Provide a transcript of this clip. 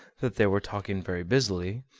that they were talking very busily,